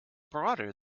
broader